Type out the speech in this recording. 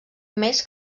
més